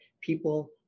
people